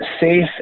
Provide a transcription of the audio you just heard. safe